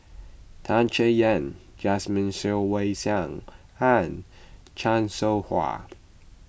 Tan Chay Yan Jasmine Ser Xiang Wei and Chan Soh Ha